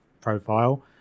profile